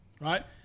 Right